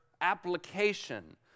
application